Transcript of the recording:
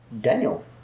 Daniel